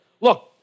Look